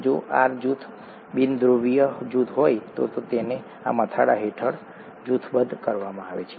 જો R જૂથ બિનધ્રુવીય જૂથ હોય તો તેને આ મથાળા હેઠળ જૂથબદ્ધ કરવામાં આવે છે